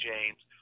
James